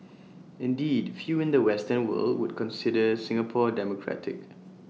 indeed few in the western world would consider Singapore democratic